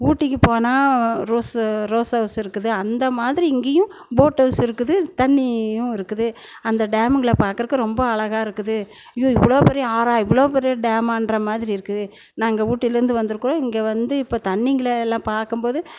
ஊட்டிக்கு போனால் rose rose house இருக்குது அந்த மாதிரி இங்கேயும் போட் ஹவுஸ் இருக்குது தண்ணியும் இருக்குது அந்த டேமுங்களை பார்க்கறக்கு ரொம்ப அழகாக இருக்குது ஐயோ இவ்வளோ பெரிய ஆறா இவ்ளோ பெரிய டேமாகிற மாதிரி இருக்குது நாங்கள் ஊட்டிலேருந்து வந்திருக்கோம் இங்கே வந்து இப்போ தண்ணிங்களை எல்லாம் பார்க்கும்போது